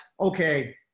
okay